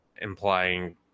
implying